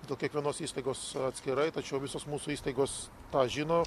dėl kiekvienos įstaigos atskirai tačiau visos mūsų įstaigos tą žino